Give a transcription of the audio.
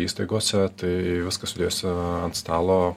įstaigose tai viską sudėjus ant stalo